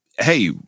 Hey